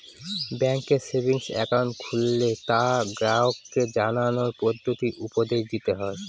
ব্যাঙ্কে savings account খুললে তা গ্রাহককে জানানোর পদ্ধতি উপদেশ দিতে হয়